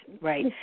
Right